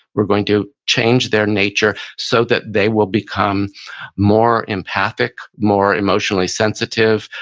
we're going to change their nature so that they will become more empathic, more emotionally sensitive,